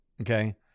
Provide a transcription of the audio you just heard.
Okay